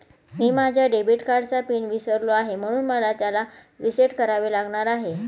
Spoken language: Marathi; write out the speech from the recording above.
मी माझ्या डेबिट कार्डचा पिन विसरलो आहे म्हणून मला त्याला रीसेट करावे लागणार आहे